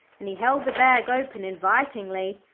and he held the bag open invitingly.